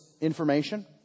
information